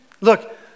Look